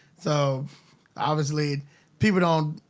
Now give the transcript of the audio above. so obviously people don't,